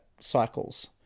cycles